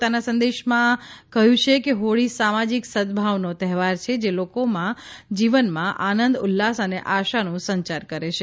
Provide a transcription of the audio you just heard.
પોતાના સંદેશામાં શ્રી કોવિંદે કહ્યું કે હોળી સામાજિક સદભાવનો તહેવાર છે જે લોકોના જીવનમાં આનંદ ઉલ્લાસ અને આશાનું સંચાર કરે છે